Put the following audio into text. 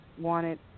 wanted